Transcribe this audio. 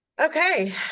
okay